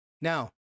Now